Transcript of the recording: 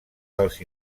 dels